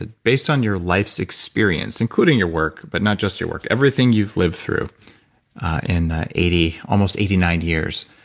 ah based on your life's experience, including your work, but not just your work, everything you've lived through in eighty, almost eighty nine years,